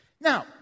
Now